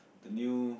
the new